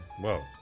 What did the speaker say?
Whoa